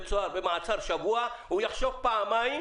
במעצר שבוע הוא יחשוב פעמיים